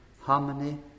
Harmony